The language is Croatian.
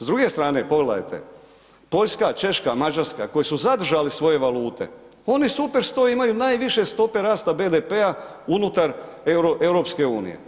S druge strane pogledajte Poljska, Češka, Mađarska koji su zadržali svoje valute, oni stupe stoje imaju najviše stope rasta BDP-a unutar EU.